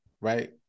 right